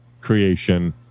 creation